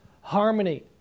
harmony